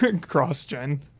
...cross-gen